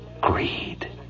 Greed